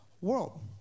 world